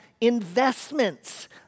investments